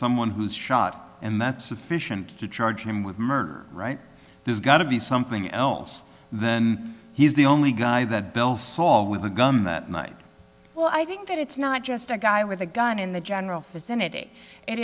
someone who's shot and that's sufficient to charge him with murder right there's got to be something else then he's the only guy that bell saw with a gun that night well i think that it's not just a guy with a gun in the general vicinity it